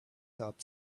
top